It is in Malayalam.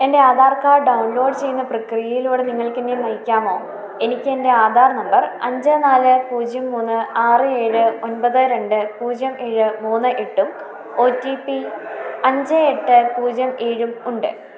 എൻ്റെ ആധാർ കാർഡ് ഡൗൺലോഡ് ചെയ്യുന്ന പ്രക്രിയയിലൂടെ നിങ്ങൾക്കെന്നെ നയിക്കാമോ എനിക്കെൻ്റെ ആധാർ നമ്പർ അഞ്ച് നാല് പൂജ്യം മൂന്ന് ആറ് ഏഴ് ഒൻപത് രണ്ട് പൂജ്യം ഏഴ് മൂന്ന് എട്ടും ഒ റ്റിപി അഞ്ച് എട്ട് പൂജ്യം ഏഴുമുണ്ട്